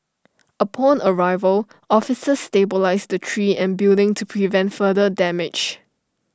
upon arrival officers stabilised tree and building to prevent further damage